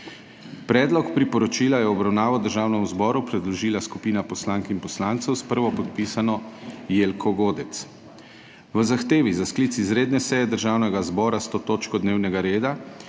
Predlog priporočila je v obravnavo Državnemu zboru predložila skupina poslank in poslancev s prvopodpisano Jelko Godec. V zahtevi za sklic izredne seje Državnega zbora s to točko dnevnega reda,